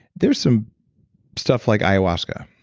there's some stuff like iowaska,